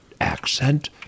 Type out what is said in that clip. accent